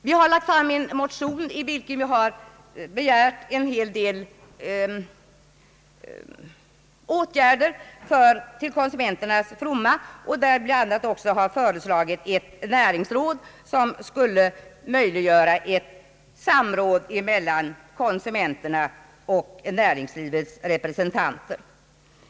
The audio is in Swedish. Vi har lagt fram en motion, i vilken vi har begärt en hel del åtgärder till konsumenternas fromma. Vi har bl.a. föreslagit ett näringsråd, som skulle möjliggöra samråd mellan konsumenterna och näringslivets representanter.